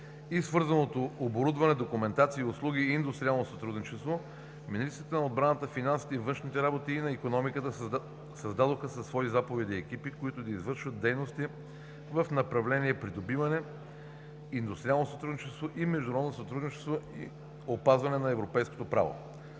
свързаното оборудване, документация и услуги и индустриално сътрудничество министрите на отбраната, финансите, външните работи и икономиката създадоха със свои заповеди екипи, които да извършват дейности в направление „Придобиване, индустриално сътрудничество и международно сътрудничество, и опазване на европейското право.“